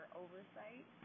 oversight